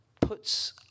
puts